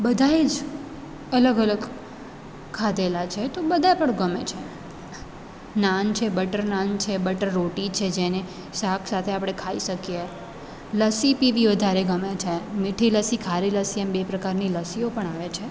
બધાંએ જ અલગ અલગ ખાધેલાં છે તો બધાં પણ ગમે છે નાન છે બટર નાન છે બટર રોટી છે જેને શાક સાથે આપણે ખાઈ શકીએ લસ્સી પીવી વધારે ગમે છે મીઠી લસ્સી ખારી લસ્સી એમ બે પ્રકારની લસ્સીઓ પણ આવે છે